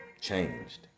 changed